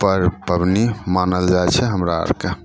पैघ पबनी मानल जाइ छै हमरा आओरके